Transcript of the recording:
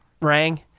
rang